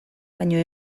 baina